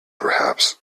perhaps